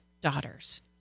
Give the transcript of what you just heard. daughters